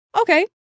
Okay